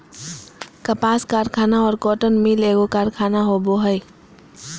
कपास कारखाना और कॉटन मिल एगो कारखाना होबो हइ